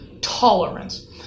tolerance